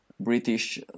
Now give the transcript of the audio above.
British